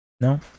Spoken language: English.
no